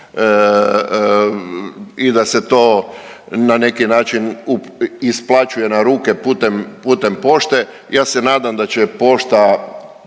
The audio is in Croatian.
i da se to na neki način isplaćuje na ruke putem, putem pošte i ja se nadam da će pošta,